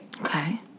Okay